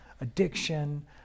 addiction